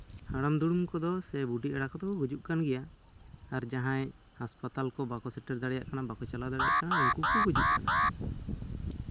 ᱦᱟᱲᱟᱢᱼᱫᱩᱲᱩᱢ ᱠᱚᱫᱚ ᱥᱮ ᱵᱩᱰᱷᱤ ᱮᱨᱟ ᱠᱚᱫᱚ ᱠᱚ ᱜᱩᱡᱩᱜ ᱠᱟᱱ ᱜᱮᱭᱟ ᱟᱨ ᱡᱟᱦᱟᱸᱭ ᱦᱟᱸᱥᱯᱟᱛᱟᱞ ᱠᱚ ᱵᱟᱠᱚ ᱥᱮᱴᱮᱨ ᱫᱟᱲᱮᱭᱟᱜ ᱠᱟᱱᱟ ᱵᱟᱠᱚ ᱪᱟᱞᱟᱣ ᱫᱟᱲᱮᱭᱟᱜ ᱠᱚᱱᱟ ᱩᱱᱠᱩ ᱦᱚᱸᱠᱚ ᱜᱩᱡᱩᱜ ᱠᱟᱱᱟ